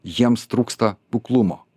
jiems trūksta kuklumo